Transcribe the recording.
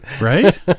Right